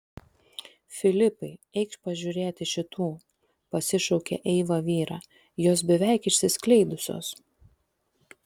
filipai eikš pažiūrėti šitų pasišaukė eiva vyrą jos beveik išsiskleidusios